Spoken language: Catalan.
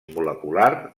molecular